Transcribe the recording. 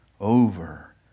over